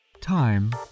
Time